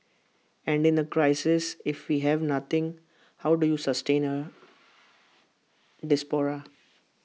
and in A crisis if we have nothing how do you sustain A diaspora